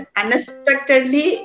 unexpectedly